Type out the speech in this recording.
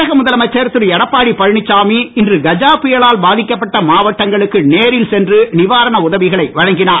தமிழக முதலமைச்சர் திரு எடப்பாடி பழனிச்சாமி இன்று கஜா புயலால் பாதிக்கப்பட்ட மாவட்டங்களுக்கு நேரில் சென்று நிவாரண உதவிகளை வழங்கினார்